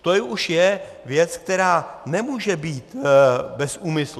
To už je věc, která nemůže být bez úmyslu.